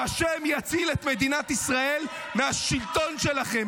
ושהשם יציל את מדינת ישראל מהשלטון שלכם.